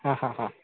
ಹಾಂ ಹಾಂ ಹಾಂ